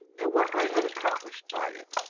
and what i had accomplished by it.